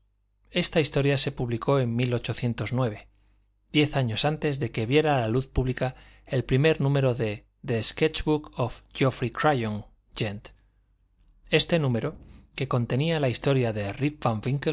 esta historia se publicó en diez años antes de que viera la luz pública el primer número de the sketch book of geoffrey crayon gent este número que contenía la historia de rip